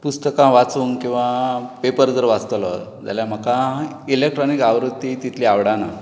पुस्तकां वाचूंक किंवा पेपर जर वाचतलो जाल्यार म्हाका इलॅक्ट्रोनीक आवृत्ती तितली आवडना